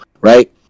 right